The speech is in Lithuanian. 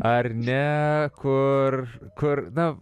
ar ne kur kur na